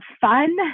fun